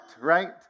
right